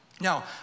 Now